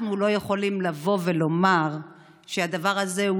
אנחנו לא יכולים לבוא ולומר שהדבר הזה הוא